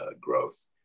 growth